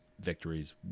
victories